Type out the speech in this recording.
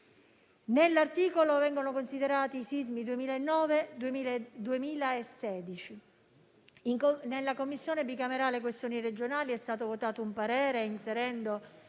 Nell'articolo vengono considerati i sismi del 2009 e del 2016. Nella Commissione bicamerale sulle questioni regionali è stato votato un parere inserendo